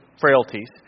frailties